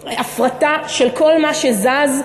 הפרטה של כל מה שזז.